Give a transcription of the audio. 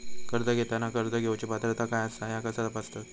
कर्ज घेताना कर्ज घेवची पात्रता आसा काय ह्या कसा तपासतात?